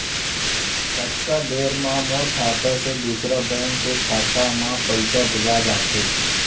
कतका देर मा मोर खाता से दूसरा बैंक के खाता मा पईसा भेजा जाथे?